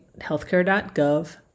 healthcare.gov